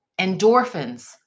endorphins